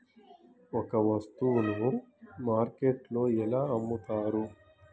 ఒక వస్తువును మార్కెట్లో ఎలా అమ్ముతరు?